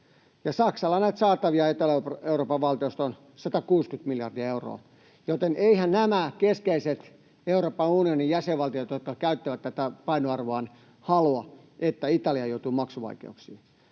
Saksalla näitä saatavia Etelä-Euroopan valtioista on 160 miljardia euroa, joten eiväthän nämä keskeiset Euroopan unionin jäsenvaltiot, jotka käyttävät tätä painoarvoaan, halua, että Italia joutuu maksuvaikeuksiin